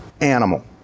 animal